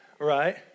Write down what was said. right